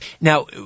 Now